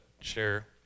share